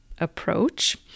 approach